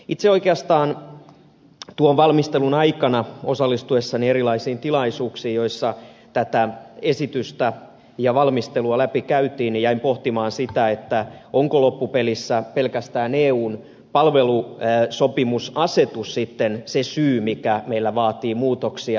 itse oikeastaan tuon valmistelun aikana osallistuessani erilaisiin tilaisuuksiin joissa tätä esitystä ja valmistelua läpi käytiin jäin pohtimaan sitä onko loppupelissä pelkästään eun palvelusopimusasetus sitten se syy mikä meillä vaatii muutoksia